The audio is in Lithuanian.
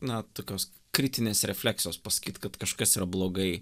na tokios kritinės refleksijos pasakyt kad kažkas yra blogai